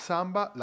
Samba